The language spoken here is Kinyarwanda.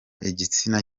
igitsina